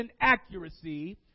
accuracy